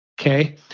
Okay